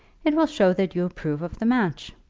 it will show that you approve of the match.